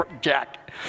Jack